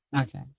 Okay